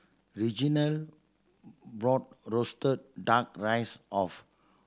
Reginal bought roasted Duck Rice of